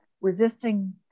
resisting